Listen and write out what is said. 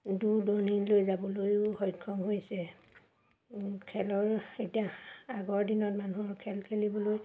দূৰ দূৰণিলৈ যাবলৈয়ো সক্ষম হৈছে খেলৰ এতিয়া আগৰ দিনত মানুহৰ খেল খেলিবলৈ